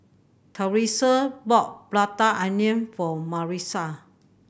Therese bought Prata Onion for Marissa